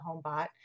Homebot